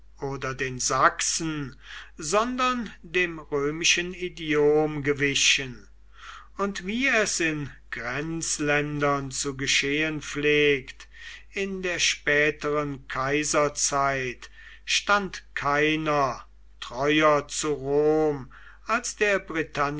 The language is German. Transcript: oder den sachsen sondern dem römischen idiom gewichen und wie es in grenzländern zu geschehen pflegt in der späteren kaiserzeit stand keiner treuer zu rom als der